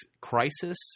crisis